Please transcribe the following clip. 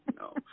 No